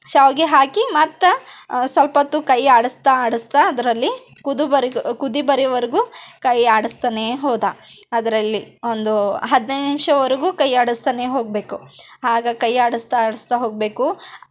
ಶಾವಿಗೆ ಹಾಕಿ ಮತ್ತೆ ಸ್ವಲ್ಪೊತ್ತು ಕೈ ಆಡಿಸ್ತಾ ಆಡಿಸ್ತಾ ಅದರಲ್ಲಿ ಕುದು ಬರೆ ಕುದಿ ಬರೋವರೆಗೂ ಕೈ ಆಡಿಸ್ತಾನೆ ಹೋದಾ ಅದರಲ್ಲಿ ಒಂದು ಹದಿನೈದು ನಿಮಿಷವರೆಗೂ ಕೈ ಆಡಿಸ್ತಾನೆ ಹೋಗಬೇಕು ಆಗ ಕೈ ಆಡಿಸ್ತಾ ಆಡಿಸ್ತಾ ಹೋಗಬೇಕು